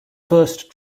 first